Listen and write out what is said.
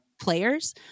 players